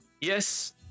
Yes